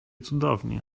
cudownie